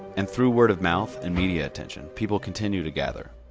and through word-of-mouth and media attention, people continue to gather.